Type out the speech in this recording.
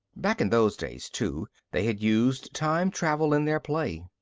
back in those days, too, they had used time travel in their play.